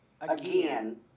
again